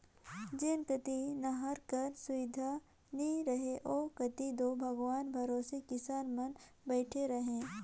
जेन कती नहर कर सुबिधा नी रहें ओ कती दो भगवान भरोसे किसान मन बइठे रहे